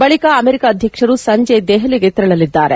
ಬಳಿಕ ಅಮೆರಿಕ ಅಧ್ಯಕ್ಷರು ಸಂಜೆ ದೆಪಲಿಗೆ ತೆರಳಲಿದ್ದಾರೆ